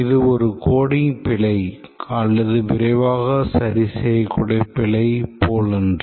இது ஒரு coding பிழை அல்லது விரைவாக சரிசெய்யக்கூடிய பிழை போலன்று